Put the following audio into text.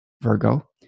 Virgo